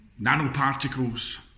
nanoparticles